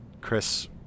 Chris